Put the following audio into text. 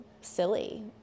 silly